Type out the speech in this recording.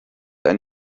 ein